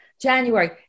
January